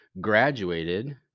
graduated